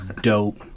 dope